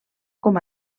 com